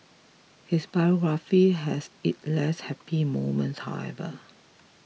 his biography has its less happy moments however